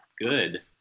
good